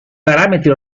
parametri